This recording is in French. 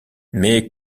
mais